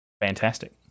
fantastic